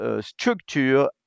structure